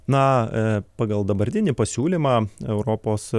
na pagal dabartinį pasiūlymą europos